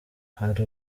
hari